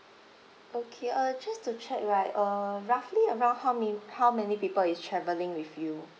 okay uh just to check right uh roughly around how ma~ how many people is traveling with you